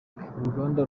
uruganda